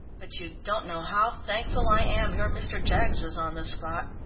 but you don't know how thankful i am your mr. jaggs was on the spot.